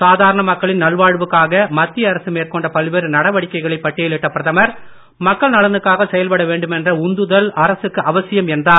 சாதாரண மக்களின் நல்வாழ்வுக்காக மத்திய அரசு மேற்கொண்ட பல்வேறு நடவடிக்கைகளைப் பட்டியலிட்ட பிரதமர் மக்கள் நலனுக்காக செயல்பட வேண்டுமென்ற உந்துதல் அரசுக்கு அவசியம் என்றார்